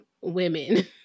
women